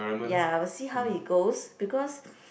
ya I will see how it goes because